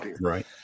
right